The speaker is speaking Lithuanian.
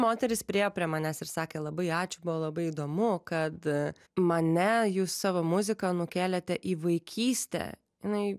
moteris priėjo prie manęs ir sakė labai ačiū buvo labai įdomu kad mane jūs savo muzika nukėlėte į vaikystę jinai